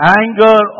anger